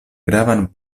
gravan